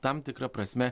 tam tikra prasme